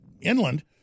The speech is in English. inland